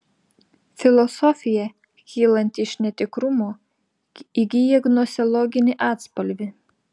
filosofija kylanti iš netikrumo įgyja gnoseologinį atspalvį